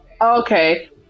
okay